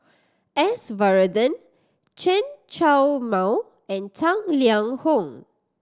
S Varathan Chen Show Mao and Tang Liang Hong